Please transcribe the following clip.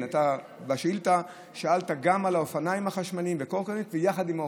בשאילתה שאלת על האופניים החשמליים והקורקינט יחד עם האופנועים.